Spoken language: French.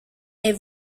est